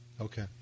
Okay